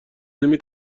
علمی